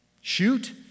shoot